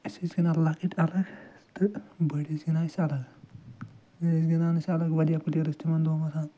اَسہِ ٲسۍ ژٕھنان لَکٕٹ الگ تہٕ بٔڑۍ ٲسۍ گِنٛدان اَسہِ الگ یا ٲسۍ گِنٛدان أسۍ الگ وارِیاہ پٕلیر ٲسۍ تِمن دۄہن وَسان